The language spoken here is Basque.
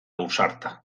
ausarta